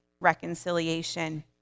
reconciliation